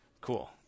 cool